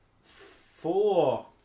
four